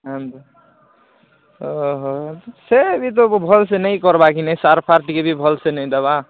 ଏନ୍ତା ଓଃ ସେ ଭଲ୍ସେ ନାଇଁ କର୍ବା ସାର୍ ଫାର୍ ବି ଟିକେ ଭଲ୍ସେ ନାଇଁ ଦେବା